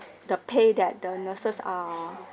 the pay that the nurses err